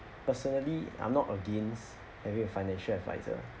personally I'm not against every financial advisor